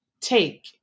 take